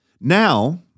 Now